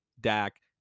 Dak